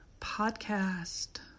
podcast